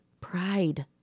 pride